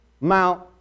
Mount